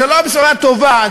זו לא בשורה טובה,